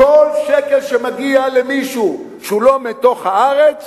כל שקל שמגיע למישהו שהוא לא מתוך הארץ,